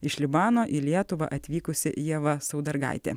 iš libano į lietuvą atvykusi ieva saudargaitė